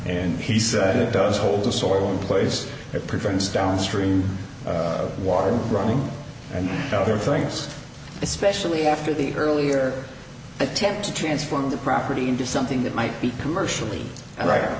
and he said it does hold the soil in place it prevents downstream water running and other things especially after the earlier attempt to transform the property into something that might be commercially